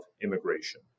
immigration